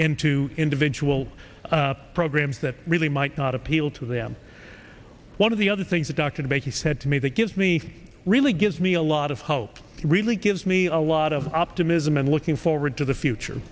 into individual programs that really might not appeal to them one of the other things that dr de bakey said to me that gives me really gives me a lot of hope really gives me a lot of optimism and looking forward to the future